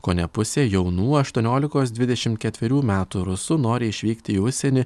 kone pusė jaunų aštuoniolikos dvidešimt ketverių metų rusų nori išvykti į užsienį